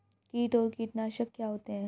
कीट और कीटनाशक क्या होते हैं?